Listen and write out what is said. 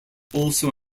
also